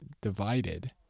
divided